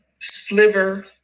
Sliver